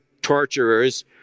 torturers